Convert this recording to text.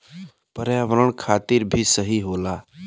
पर्यावरण खातिर भी सही होला